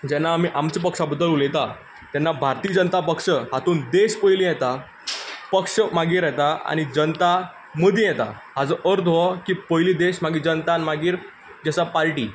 जेन्ना आमी आमचे पक्षा बद्दल उलयता तेन्ना भारतीय जनता पक्ष हांतूत देश पयलीं येता पक्ष मागीर येता आनी जनता मदीं येता हाचो अर्थ हो की पयलीं देश मागीर जनता आनी मागीर जी आसा पार्टी